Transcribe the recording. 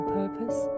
purpose